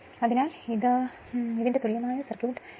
അതിനാൽ ഇതാണ് സമതുല്യമായ മണ്ഡലം